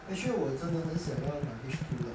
actually 我真的很想要拿 H two lah